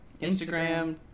Instagram